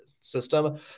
system